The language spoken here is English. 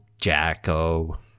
Jacko